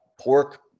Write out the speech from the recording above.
Pork